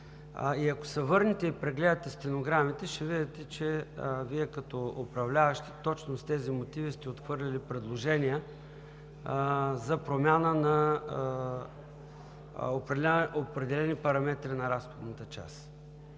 и ако се върнете и прегледате стенограмите, ще видите, че Вие, като управляващи, точно с тези мотиви сте отхвърлили предложения за промяна на определени параметри на разходната част.